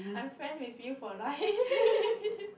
I'm friend with you for life